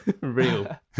real